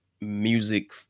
music